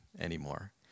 anymore